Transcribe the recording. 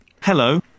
hello